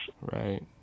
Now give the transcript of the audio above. right